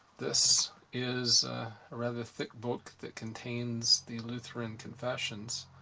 this is a rather thick book that contains the lutheran confessions.